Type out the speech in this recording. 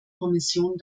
kommission